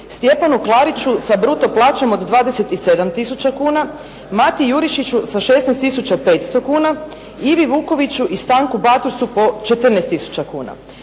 Stjepanu Klariću sa bruto plaćom od 27 tisuća kuna, Matiji Jurišiću sa 16 tisuća 500 kuna, Ivi Vukoviću i Stanku Batursu po 14 tisuća kuna.